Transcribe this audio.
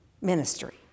ministry